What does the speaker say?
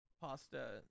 pasta